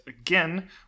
again